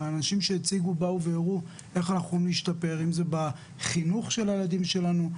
האנשים שהציגו והראו איך יכולים להשתפר אם זה בחינוך של הילדים שלנו,